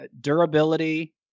durability